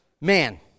man